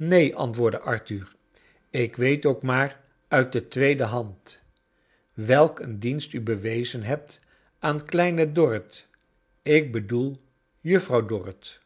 neen antwoordde arthur ik weet ook maar uit de tweede hand welk een dienst u bewezen hebt aan kleine dorrit ik bedoel juf frouw dorrit